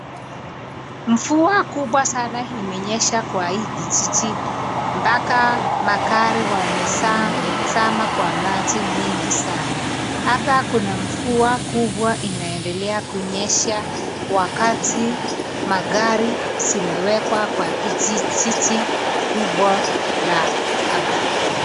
Mvua kubwa sana imenyesha kwa hii kijiji mpaka magari wamezama kwa maji mengi sana. Hapa kuna mvua kubwa sana inaendelea kunyesha wakati magari zimewekwa kwa kijiji kubwa ya hapa.